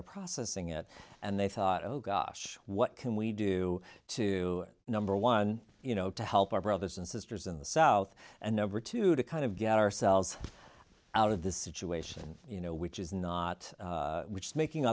are processing it and they thought oh gosh what can we do to number one you know to help our brothers and sisters in the south and number two to kind of get ourselves out of this situation you know which is not which making